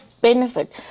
benefit